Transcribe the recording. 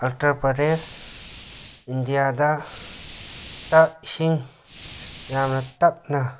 ꯎꯠꯇꯔ ꯄ꯭ꯔꯗꯦꯁ ꯏꯟꯗꯤꯌꯥꯗ ꯇꯥ ꯏꯁꯤꯡ ꯌꯥꯝꯅ ꯇꯞꯅ